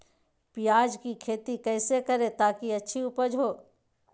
प्याज की खेती कैसे करें ताकि अच्छी उपज हो?